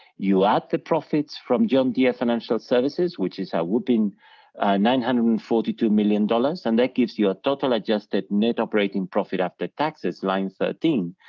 you add the profits from john deere financial services, which is a whooping nine hundred and forty two million dollars and that gives you a total adjusted net operating profit after taxes, line thirteen,